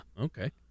okay